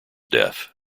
death